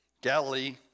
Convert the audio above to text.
Galilee